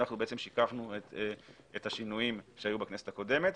אנחנו שיקפנו את השינויים שהיו בכנסת הקודמת.